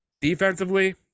Defensively